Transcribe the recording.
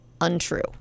Untrue